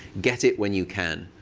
get it when you can.